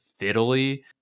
fiddly